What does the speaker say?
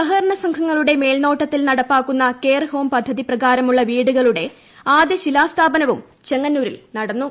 സഹകരണ സംഘങ്ങളുടെ മേൽനോട്ടത്തിൽ നടപ്പാക്കുന്ന കെയർ ഹോം പദ്ധതി പ്രകാരമുള്ള വീടുകളുടെ ആദ്യശിലാസ്ഥാപനവും ചെങ്ങന്നൂരിൽ നടന്നു